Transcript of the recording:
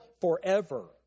forever